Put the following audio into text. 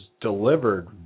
delivered